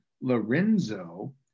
lorenzo